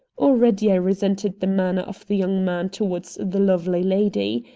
already i resented the manner of the young man toward the lovely lady.